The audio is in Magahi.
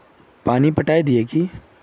पानी पटाय दिये की?